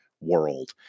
world